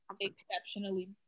exceptionally